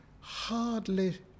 Hardly